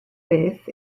beth